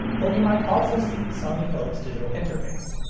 or you might also see sony philips digital interface.